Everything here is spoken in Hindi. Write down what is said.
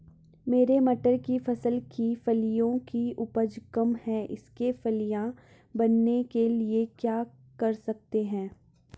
मेरी मटर की फसल की फलियों की उपज कम है इसके फलियां बनने के लिए क्या कर सकते हैं?